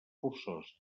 forçosa